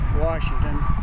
washington